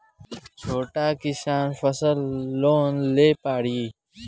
छोटा किसान फसल लोन ले पारी?